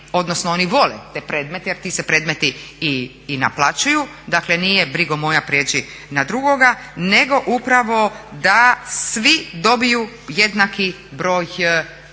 odnosno oni vole te premete, jer ti se predmeti i naplaćuju, dakle nije brigo moja prijeđi na drugoga, nego upravo da svi dobiju jednaki broj predmeta.